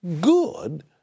good